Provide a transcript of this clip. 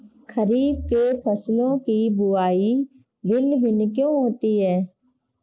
खरीफ के फसलों की बुवाई भिन्न भिन्न क्यों होती है?